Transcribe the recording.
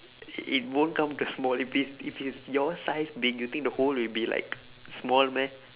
it won't come the smaller please if it's your size big you think the hole will be like small meh